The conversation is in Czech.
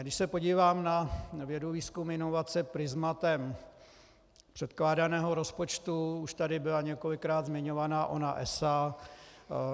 Když se podívám na vědu, výzkum a inovace prizmatem předkládaného rozpočtu, už tady byla několikrát zmiňovaná ona ESA.